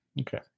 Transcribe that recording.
Okay